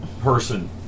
person